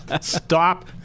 Stop